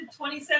27